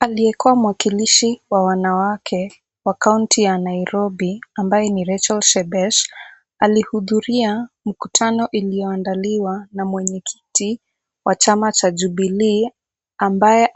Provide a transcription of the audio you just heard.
Aliyekua mwakilishi wa wanawake wa kaunti ya Nairobi ambaye ni Rachel Shebesh, alihudhuria mkutano iliyoandaliwa na mwenye kiti wa chama cha Jubilee ambaye